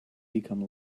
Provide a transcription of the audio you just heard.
become